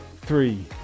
three